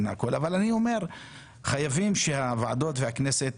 אבל אני אומר חייבים שהוועדות והכנסת